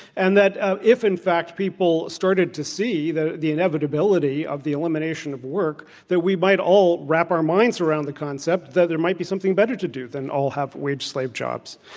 and that if, in fact, people started to see that the inevitability of the elimination of work, that we might all wrap our minds around the concept that there might be something better to do than all have wage slave jobs.